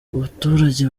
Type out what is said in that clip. abaturage